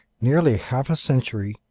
nearly half a century,